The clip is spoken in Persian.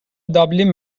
دابلین